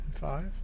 Five